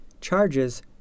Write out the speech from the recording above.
charges